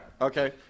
Okay